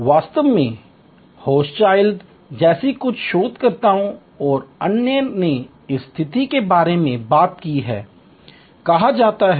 वास्तव में होशचाइल्ड जैसे कुछ शोधकर्ताओं और अन्य ने इस स्थिति के बारे में बात की है कहा जाता है